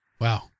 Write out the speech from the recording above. Wow